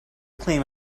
claim